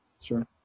Sure